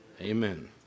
Amen